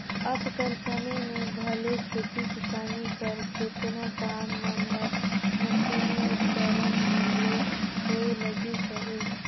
अब कर समे में भले खेती किसानी कर केतनो काम मन हर मसीनी उपकरन मन ले होए लगिस अहे